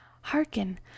Hearken